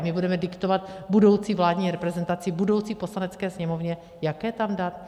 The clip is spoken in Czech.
My budeme diktovat budoucí vládní reprezentaci, budoucí Poslanecké sněmovně, jaké tam dát?